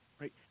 right